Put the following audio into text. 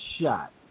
shot